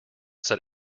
said